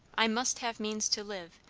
i must have means to live,